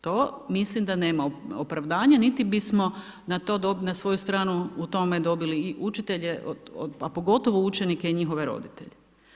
To mislim da nema opravdanja niti bismo na to na svoju stranu u tome dobili i učitelje, a pogotovo učenike i njihove roditelje.